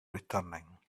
returning